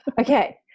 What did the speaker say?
Okay